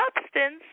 substance